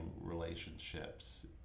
relationships